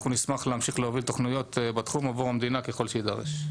אנחנו נשמח להמשיך להוביל תוכניות בתחום עבור המדינה ככל שיידרש.